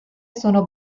sono